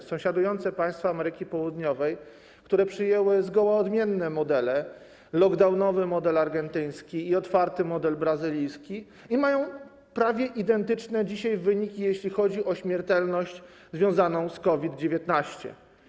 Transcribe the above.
Te sąsiadujące państwa Ameryki Południowej przyjęły zgoła odmienne modele: lockdownowy model argentyński i otwarty model brazylijski i mają dzisiaj prawie identyczne wyniki, jeśli chodzi o śmiertelność związaną z COVID-19.